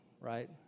right